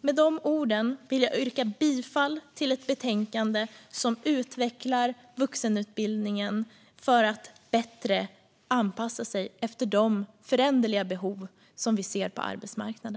Med dessa ord yrkar jag bifall till förslaget i betänkandet som utvecklar vuxenutbildningen för att bättre anpassas efter de föränderliga behov som vi ser på arbetsmarknaden.